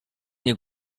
nie